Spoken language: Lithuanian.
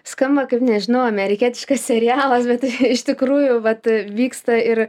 skamba kaip nežinau amerikietiškas serialas bet iš tikrųjų vat vyksta ir